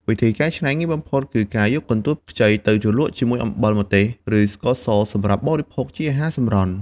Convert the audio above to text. វិធីកែច្នៃងាយបំផុតគឺការយកកន្ទួតខ្ចីទៅជ្រលក់ជាមួយអំបិលម្ទេស ឬស្ករសសម្រាប់បរិភោគជាអាហារសម្រន់។